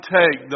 take